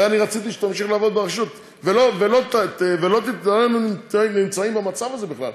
הרי אני רציתי שתמשיך לעבוד ברשות ולא היינו נמצאים במצב הזה בכלל,